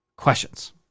Questions